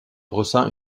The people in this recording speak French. ressent